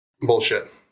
Bullshit